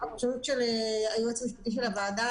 הירושלמים שיידבקו בקורונה, אין בעיה.